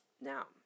Now